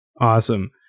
Awesome